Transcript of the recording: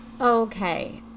Okay